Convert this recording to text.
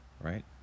right